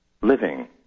living